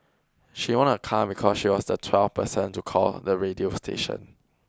she won a car because she was the twelfth person to call the radio station